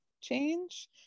change